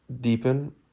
deepen